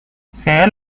saya